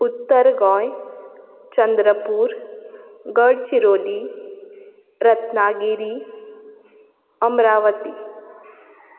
Uttar Goem Chandrapur Gadchiroli Ratnagiri Amravati